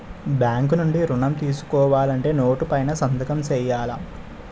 bank నుండి ఋణం తీసుకోవాలంటే నోటు పైన సంతకం సేయాల